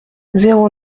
zéro